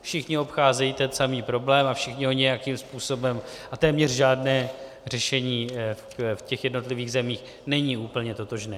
Všichni obcházejí ten samý problém a všichni ho nějakým způsobem a téměř žádné řešení v těch jednotlivých zemích není úplně totožné.